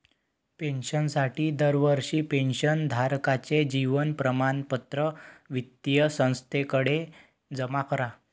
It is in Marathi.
पेन्शनसाठी दरवर्षी पेन्शन धारकाचे जीवन प्रमाणपत्र वित्तीय संस्थेकडे जमा करा